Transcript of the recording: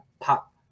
pop